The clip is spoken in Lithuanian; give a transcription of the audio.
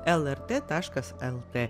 lrt taškas lt